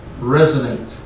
resonate